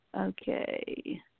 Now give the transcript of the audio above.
Okay